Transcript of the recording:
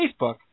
Facebook